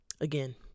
again